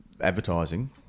advertising